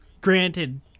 granted